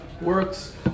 works